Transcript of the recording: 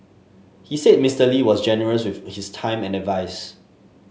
he said Mister Lee was generous with his time and advise